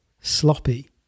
sloppy